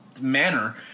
manner